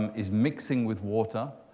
um is mixing with water.